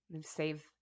Save